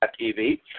TV